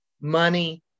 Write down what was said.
money